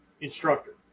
instructor